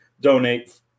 Donate